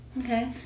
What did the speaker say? Okay